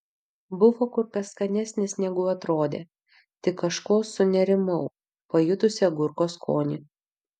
buvo kur kas skanesnis negu atrodė tik kažko sunerimau pajutusi agurko skonį